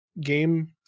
game